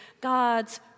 God's